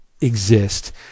exist